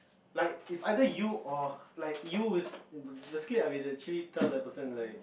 like is either you or like you is the basically we actually tell the person is like